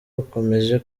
bakomeje